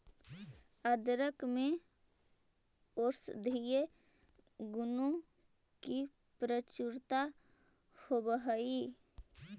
अदरक में औषधीय गुणों की प्रचुरता होवअ हई